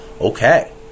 Okay